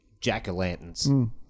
jack-o'-lanterns